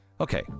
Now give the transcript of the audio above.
Okay